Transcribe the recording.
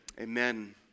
Amen